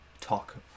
talk